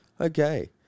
Okay